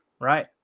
right